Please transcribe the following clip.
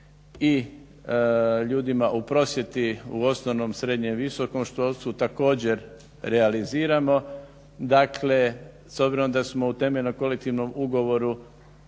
i ljudima u prosvjeti u osnovnom, srednjem, visokom školstvu također realiziramo. Dakle, s obzirom da smo u temeljnom kolektivnom ugovoru